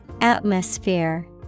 Atmosphere